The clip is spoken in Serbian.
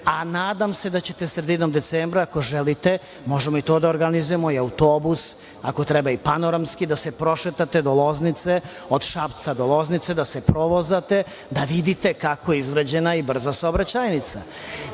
a nadam se da ćete sredinom decembra, ako želite možemo i to da organizujemo, i autobus, ako treba i panoramski, da se prošetate do Loznice, od Šapca do Loznice, da se provozate, da vidite kako je izgrađena i brza saobraćajnica. Tako